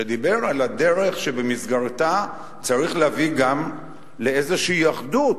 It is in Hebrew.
שדיבר על הדרך שבמסגרתה צריך להביא גם לאיזושהי אחדות.